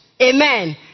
Amen